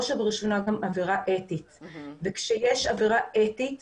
נראה שצריך שם איזשהו שינוי ברמת התפיסה